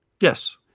Yes